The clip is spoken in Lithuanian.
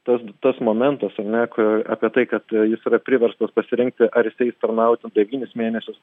tas tas momentas ar ne kur apie tai kad jis yra priverstas pasirinkti ar tarnauti devynis mėnesius